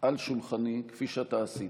על שולחני כפי שאתה עשית,